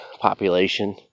population